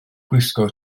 gwisgo